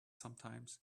sometimes